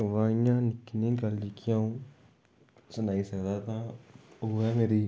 वा इय्यां निक्की नेई गल्ल जेह्की आऊं सनाई सकदा तां ओह् ऐ मेरी